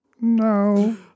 No